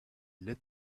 lit